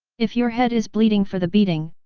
if your head is bleeding for the beating,